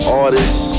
artists